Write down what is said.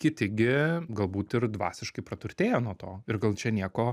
kiti gi galbūt ir dvasiškai praturtėja nuo to ir gal čia nieko